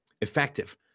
effective